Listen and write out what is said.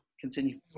Continue